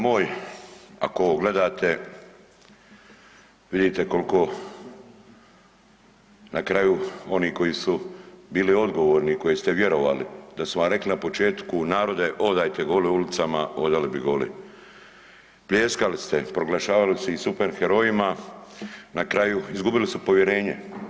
Narode moj ako ovo gledate vidite koliko na kraju oni koji su bili odgovori i kojim ste vjerovali da su vam rekli na početku, narode odajte goli ulicama, odali bi goli, pljeskali ste, proglašavali ste ih super herojima, na kraju izgubili su povjerenje.